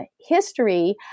history